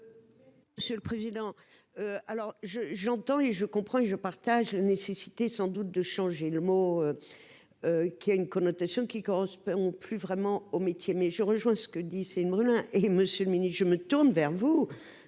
Monsieur le président. Alors je j'entends et je comprends et je partage nécessité sans doute de changer le mot. Qui a une connotation qui correspond plus vraiment au métier. Mais je rejoins ce que dit c'est une brûle hein. Et Monsieur le Ministre, je me tourne vers vous